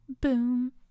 Boom